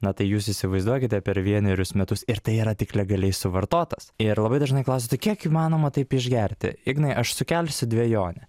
na tai jūs įsivaizduokite per vienerius metus ir tai yra tik legaliai suvartotas ir labai dažnai klausia tai kiek įmanoma taip išgerti ignai aš sukelsiu dvejonę